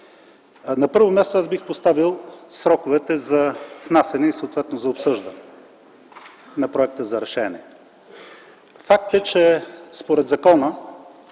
На първо място, аз бих поставил сроковете за внасяне и, съответно, за обсъждане на проекта за решение. Факт е, че според закона